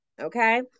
okay